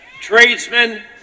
tradesmen